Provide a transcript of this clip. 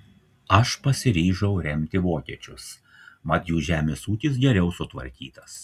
aš pasiryžau remti vokiečius mat jų žemės ūkis geriau sutvarkytas